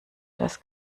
das